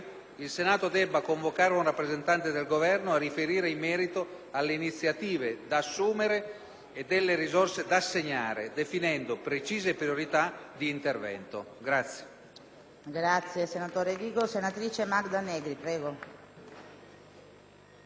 il Senato convochi un rappresentante del Governo per riferire in merito alle iniziative da assumere e alle risorse da assegnare definendo precise priorità d'intervento.